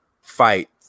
fight